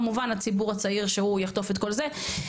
כמובן הציבור הצעיר שהוא יחטוף את כל זה,